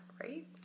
right